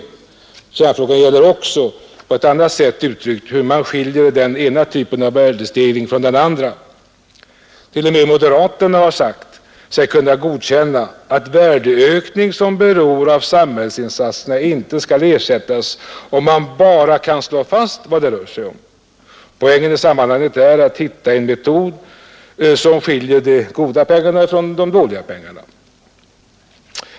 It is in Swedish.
Men kärnfrågan gäller också, på ett annat sätt uttryckt, hur man skiljer den ena typen av värdestegring från den andra. T. o. m. moderaterna har sagt sig kunna godkänna att värdeökning som beror av samhällsinsatser inte skall ersättas, om man bara kan slå fast vad det rör sig om. Poängen i sammanhanget är att hitta en metod som skiljer de goda pengarna från de dåliga.